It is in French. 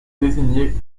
désigné